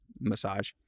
massage